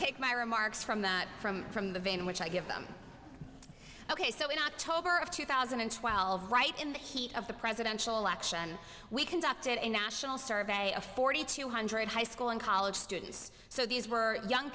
take my remarks from that from from the vein which i give them ok so in october of two thousand and twelve right in the heat of the presidential election we conducted a national survey of forty two hundred high school and college students so these were young